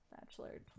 Bachelor